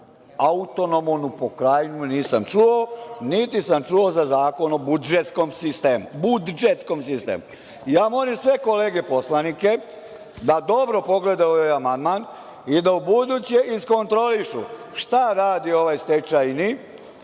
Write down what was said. atonomonu pokrajnu nisam čuo, niti sam čuo za Zakon o buddžetskom sistemu. Molim sve kolege poslanike da dobro pogledaju ovaj amandman i da ubuduće iskontrolišu šta radi ovaj bivši stečajni